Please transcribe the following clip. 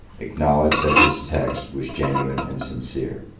acknowledge that his text was genuine and sincere.